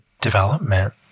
development